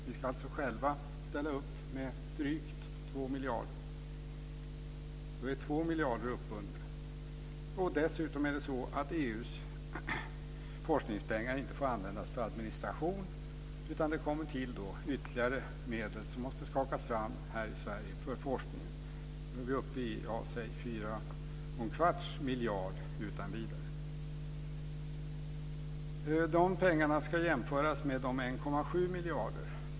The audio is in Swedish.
Vi ska alltså själva ställa upp med drygt 2 miljarder. Då är 2 miljarder uppbundna. Dessutom får EU:s forskningspengar inte användas för administration, utan det kommer till ytterligare medel som måste skakas fram här i Sverige för forskningen. Då är vi uppe i 4 1⁄4 miljard utan vidare.